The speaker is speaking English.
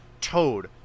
Toad